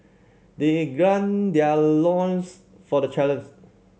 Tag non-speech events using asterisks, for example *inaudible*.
they *unintelligible* their loins for the challenge